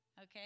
Okay